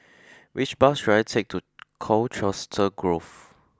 which bus should I take to Colchester Grove